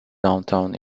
downtown